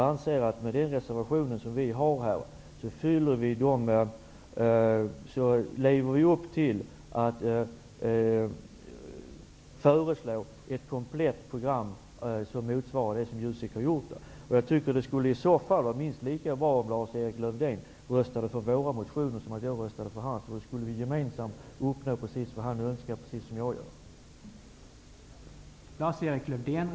I reservationen föreslår vi ett komplett program som motsvarar det som JUSEK har gjort. Jag tycker att det skulle vara minst lika bra att Lars Erik Lövdén röstar för våra motioner som att jag röstar för hans. Då skulle vi gemensamt uppnå precis det både han och jag önskar.